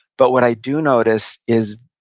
but what i do notice is,